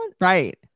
Right